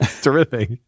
terrific